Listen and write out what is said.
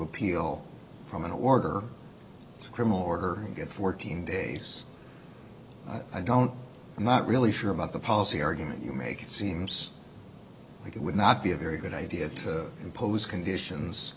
appeal from an order criminal order to get fourteen days i don't i'm not really sure about the policy argument you make it seems like it would not be a very good idea to impose conditions